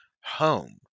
home